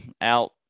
out